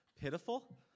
pitiful